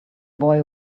boy